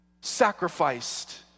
sacrificed